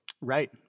Right